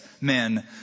men